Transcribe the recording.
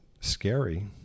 scary